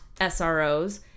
SROs